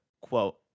quote